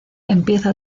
empieza